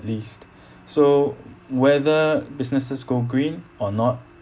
least so whether businesses go green or not